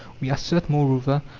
we assert, moreover,